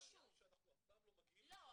הבעיה היא שאנחנו אף פעם לא מגיעים לשם, לעיקרון